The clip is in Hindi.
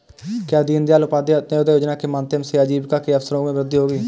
क्या दीन दयाल उपाध्याय अंत्योदय योजना के माध्यम से आजीविका के अवसरों में वृद्धि होगी?